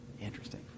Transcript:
Interesting